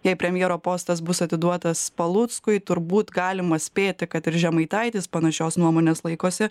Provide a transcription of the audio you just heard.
jei premjero postas bus atiduotas paluckui turbūt galima spėti kad ir žemaitaitis panašios nuomonės laikosi